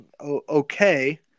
Okay